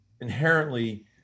inherently